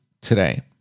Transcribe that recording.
today